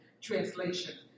translation